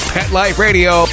PetLifeRadio